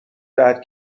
دهد